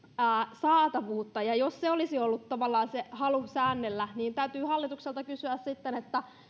saatavuutta ja jos olisi ollut tavallaan se halu säännellä niin täytyy hallitukselta kysyä sitten että